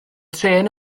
trên